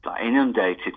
inundated